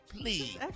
Please